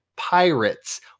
pirates